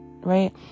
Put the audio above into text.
right